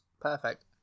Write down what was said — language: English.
Perfect